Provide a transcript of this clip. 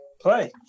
play